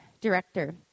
director